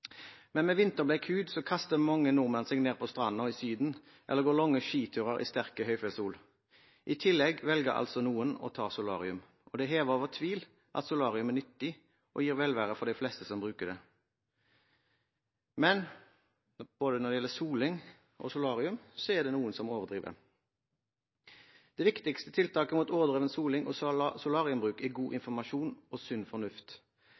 Med vinterblek hud kaster mange nordmenn seg ned på stranden i Syden eller går lange skiturer i sterk høyfjellssol. I tillegg velger noen å ta solarium. Det er hevet over tvil at solarium er nyttig og gir velvære for de fleste som bruker det. Men når det gjelder både soling og solarium, er det noen som overdriver. Det viktigste tiltaket mot overdreven soling og solariebruk er god informasjon og sunn fornuft.